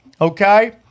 Okay